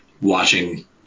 watching